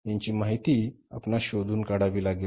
यांची माहिती आपणास शोधून काढावे लागेल